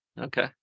Okay